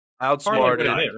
outsmarted